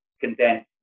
condensed